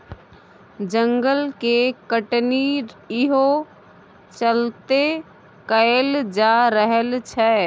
जंगल के कटनी इहो चलते कएल जा रहल छै